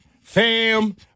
fam